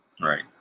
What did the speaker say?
Right